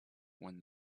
when